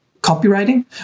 copywriting